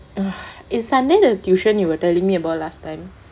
is sunday the tuition you are telling me about last time